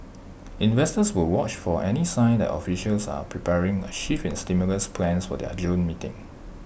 investors will watch for any sign that officials are preparing A shift in stimulus plans for their June meeting